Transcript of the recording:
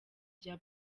rya